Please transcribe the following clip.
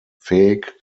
fähig